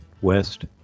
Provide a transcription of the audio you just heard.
West